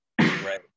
Right